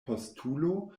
postulo